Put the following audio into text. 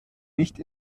nicht